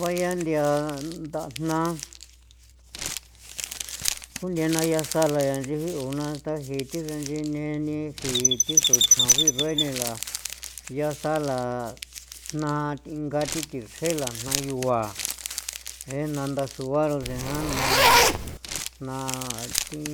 Vayan nthia ndajna junthe na yasala ya inchi jiu na taji thi xra nch'i jine ni e jio thi xro chjan bairue nila yaasala jna th'inga thi thichrjenla jna yugua jei na ndasuaro ncheja jna jna thi